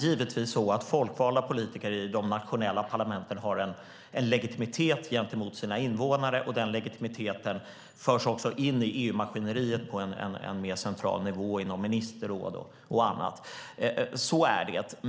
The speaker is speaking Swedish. Givetvis har de folkvalda politikerna i de nationella parlamenten en legitimitet gentemot landets invånare. Denna legitimitet förs också in i EU-maskineriet på en mer central nivå inom ministerråd och annat. Så är det.